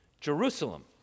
Jerusalem